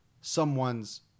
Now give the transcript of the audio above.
someone's